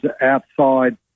outside